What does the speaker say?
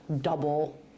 double